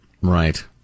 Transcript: Right